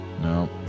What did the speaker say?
no